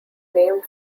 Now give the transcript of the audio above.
named